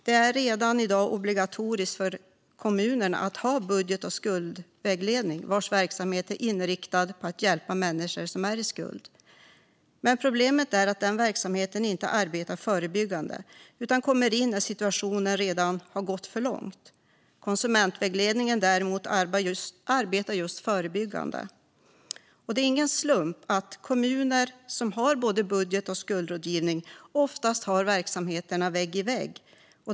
Det är redan i dag obligatoriskt för kommunerna att ha budget och skuldvägledning inriktad på att hjälpa människor som är i skuld. Men problemet är att den verksamheten inte arbetar förebyggande utan kommer in när situationen redan har gått för långt. Konsumentvägledningen, däremot, arbetar just förebyggande. Det är ingen slump att kommuner som har både budget och skuldrådgivning oftast har verksamheterna vägg i vägg.